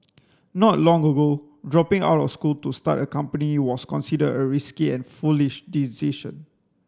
not long ago dropping out of school to start a company was considered a risky and foolish decision